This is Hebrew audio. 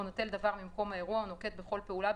או נוטל דבר ממקום האירוע או נוקט בכל פעולה,